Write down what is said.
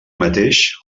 mateix